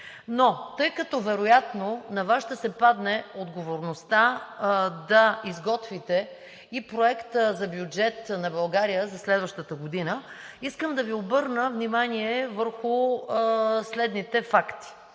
тях. Тъй като вероятно на Вас ще се падне отговорността да изготвите и Проекта за бюджет на България за следващата година, искам да Ви обърна внимание върху следните факти.